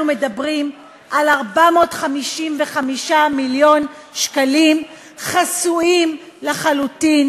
אנחנו מדברים על 455 מיליון שקלים חסויים לחלוטין